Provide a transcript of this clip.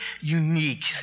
unique